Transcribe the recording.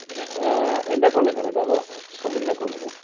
എൻ്റെ അക്കൗണ്ടിലേക്കാണോ ഇട്ടത് അതോ കമ്പനിയുടെ അക്കൗണ്ടിലേക്ക്